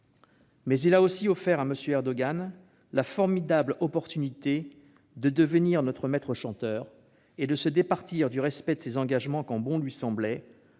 Mais il a aussi offert à M. Erdogan la formidable opportunité de devenir notre maître chanteur et de se départir du respect de ses engagements quand bon lui semblait-